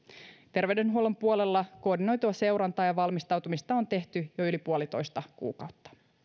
terveydenhuollon puolella koordinoitua seurantaa ja valmistautumista on tehty jo yli puolitoista kuukautta